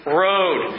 road